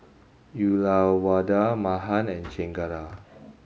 Uyyalawada Mahan and Chengara